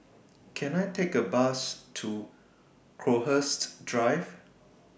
Can I Take A Bus to Crowhurst Drive